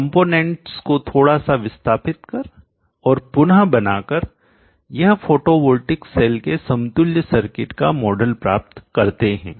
components को थोड़ा सा विस्थापित कर और पुनः बनाकरयह फोटोवॉल्टिक सेल के समतुल्य सर्किट का मॉडल प्राप्त करते है